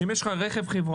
אם יש לך רכב חברה,